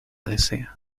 desea